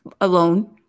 alone